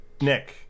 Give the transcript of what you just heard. Nick